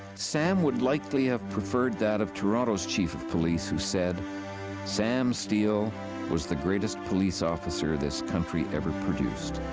sam would likely have preferred that of toronto's chief of police, who said sam steele was the greatest police officer this country ever produced.